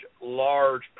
large